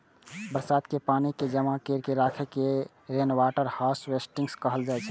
बरसात के पानि कें जमा कैर के राखै के रेनवाटर हार्वेस्टिंग कहल जाइ छै